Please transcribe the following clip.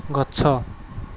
ଗଛ